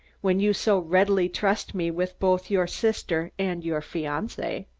when you so readily trust me with both your sister and your fiancee.